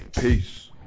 Peace